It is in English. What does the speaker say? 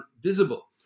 visible